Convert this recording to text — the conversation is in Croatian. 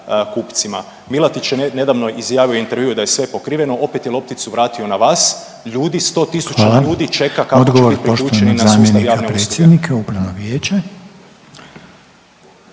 Milatić je nedavno izjavio u intervjuu da je sve pokriveno, opet je lopticu vratio na vas. Ljudi 100.000 ljudi …/Upadica: Hvala./… čeka kako će biti priključeni na sustav javne usluge.